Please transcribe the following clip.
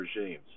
regimes